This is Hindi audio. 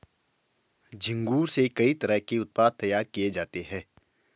झींगुर से कई तरह के उत्पाद तैयार किये जाते है